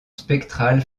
spectrale